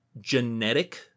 genetic